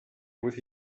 with